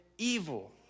evil